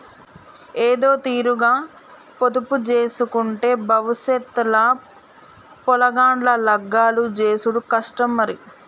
ఏదోతీరుగ పొదుపుజేయకుంటే బవుసెత్ ల పొలగాండ్ల లగ్గాలు జేసుడు కష్టం మరి